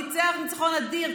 ניצח ניצחון אדיר.